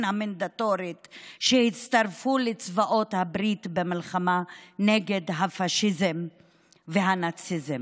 המנדטורית שהצטרפו לצבאות הברית במלחמה נגד הפשיזם והנאציזם?